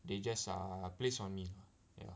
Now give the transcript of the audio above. they just err placed on me lah ya